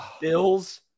bills